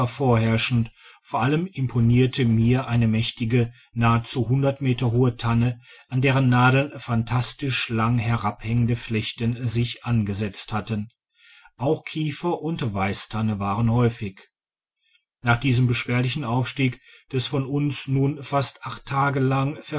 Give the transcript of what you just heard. vorherrschend vor allem imponierte mir eine mächtige nahezu hundert meter hohe tanne an deren nadeln phantastisch lang herabhängende flechten sich angesetzt hatten auch kiefer und weisstanne waren häufig nach diesem beschwerlichen aufstieg des von uns nun fast acht tage lang